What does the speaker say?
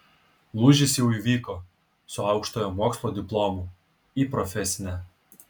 lūžis jau įvyko su aukštojo mokslo diplomu į profesinę